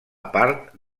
part